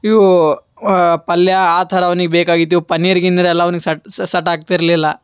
ಇವೂ ವ ಪಲ್ಯ ಆ ಥರ ಅವ್ನಿಗೆ ಬೇಕಾಗಿದ್ದು ಇವು ಪನ್ನೀರ್ ಗಿನ್ನಿರ್ ಎಲ್ಲ ಅವ್ನಿಗೆ ಸಟ್ ಸಟ್ ಆಗ್ತಿರಲಿಲ್ಲ